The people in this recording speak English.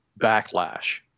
backlash